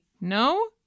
no